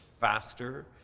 faster